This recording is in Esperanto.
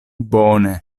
bone